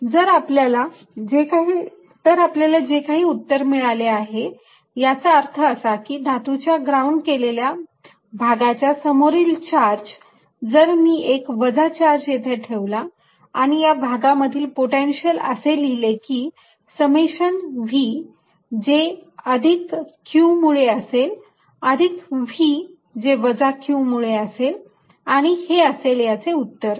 VxyzVqV q 2V2Vq2V q तर आपल्याला जे काही उत्तर मिळाले आहे त्याचा अर्थ असा की धातूच्या ग्राउंड केलेल्या भागाच्या समोरील चार्ज जर मी एक वजा चार्ज येथे ठेवला आणि या भागामधील पोटेन्शियल असे लिहिले की समेशण V जे अधिक q मुळे असेल अधिक V जे वजा q मुळे असेल आणि हे असेल याचे उत्तर